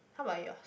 how about your